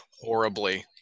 horribly